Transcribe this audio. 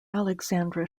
alexandra